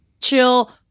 chill